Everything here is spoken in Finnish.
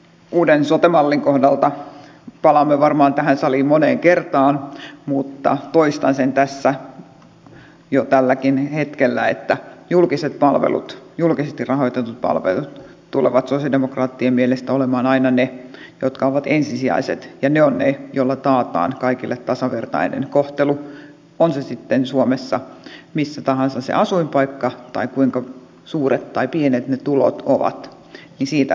uuden sote mallin kohdalta palaamme varmaan tähän saliin moneen kertaan mutta toistan sen tässä jo tälläkin hetkellä että julkiset palvelut julkisesti rahoitetut palvelut tulevat sosialidemokraattien mielestä olemaan aina ne jotka ovat ensisijaiset ja ne ovat ne joilla siitä lähtökohdasta taataan kaikille tasavertainen kohtelu on se sitten suomessa missä tahansa se asuinpaikka tai kuinka suuret tai pienet ne tulot ovat